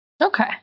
Okay